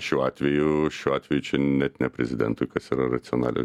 šiuo atveju šiuo atveju net ne prezidentui kas yra racionali